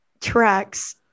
tracks